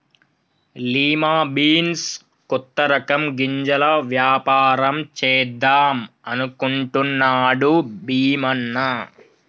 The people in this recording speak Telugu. లిమా బీన్స్ కొత్త రకం గింజల వ్యాపారం చేద్దాం అనుకుంటున్నాడు భీమన్న